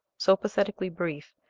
so pathetically brief,